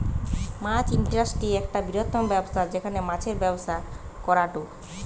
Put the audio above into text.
মাছ industry একটা বৃহত্তম ব্যবসা যেখানে মাছের ব্যবসা করাঢু